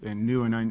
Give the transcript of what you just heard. and new and